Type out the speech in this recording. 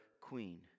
queen